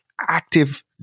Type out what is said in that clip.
active